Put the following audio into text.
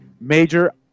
Major